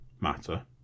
matter